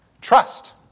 Trust